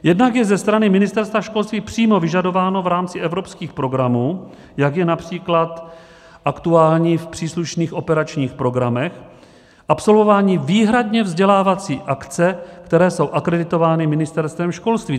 Jednak je ze strany Ministerstva školství přímo vyžadováno v rámci evropských programů, jako je například aktuální v příslušných operačních programech, absolvování výhradně vzdělávacích akcí, které jsou akreditovány Ministerstvem školství.